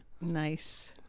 nice